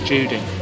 Judy